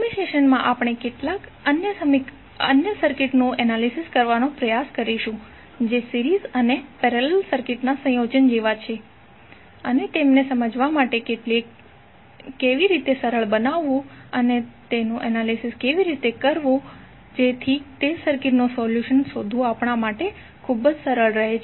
આગામી સેશનમાં આપણે કેટલાક અન્ય સર્કિટ્સનું એનાલિસિસ કરવાનો પ્રયાસ કરીશું જે સિરીઝ અને પેરેલલ સર્કિટના સંયોજન જેવા છે અને તેમને સમજવા માટે કેવી રીતે સરળ બનાવવું અને તેનું એનાલિસિસ કેવી રીતે કરવું જેથી તે સર્કિટ્સનું સોલ્યુશન શોધવું આપણા માટે ખૂબ જ સરળ રહે